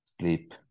sleep